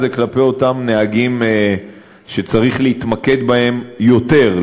כלפי אותם נהגים שצריך להתמקד בהם יותר,